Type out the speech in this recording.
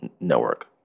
network